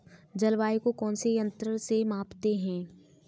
जलवायु को कौन से यंत्र से मापते हैं?